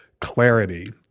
clarity